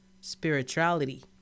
Spirituality